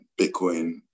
Bitcoin